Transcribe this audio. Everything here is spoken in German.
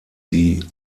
sie